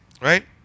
Right